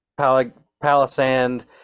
palisand